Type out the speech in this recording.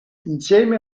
insieme